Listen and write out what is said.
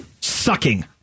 sucking